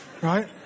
right